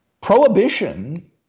prohibition